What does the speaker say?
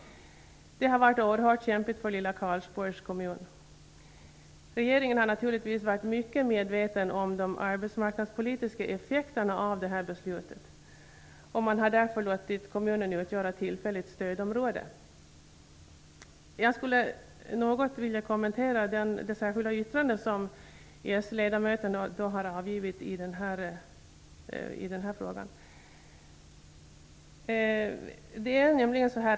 Detta har varit oerhört kämpigt för lilla Karlsborgs kommun. Regeringen har naturligtvis varit mycket medveten om de arbetsmarknadspolitiska effekterna av detta beslut, och man har därför låtit kommunen utgöra ett tillfälligt stödområde. Jag skulle något vilja kommentera det särskilda yttrande som s-ledamöterna har avgivit i denna fråga.